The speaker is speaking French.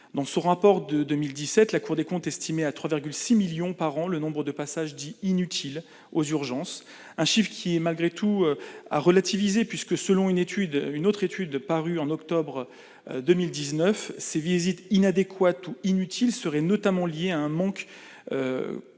Dans son rapport de 2017, la Cour des comptes estimait à 3,6 millions par an le nombre de passages dits « inutiles » aux urgences. Ce chiffre doit malgré tout être relativisé, puisque, selon une autre étude parue en octobre 2019, ces visites inadéquates ou inutiles seraient notamment liées à un manque patent